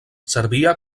servia